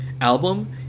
album